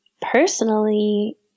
personally